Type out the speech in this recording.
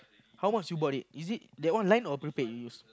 how much you bought it that one line or prepaid use